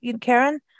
Karen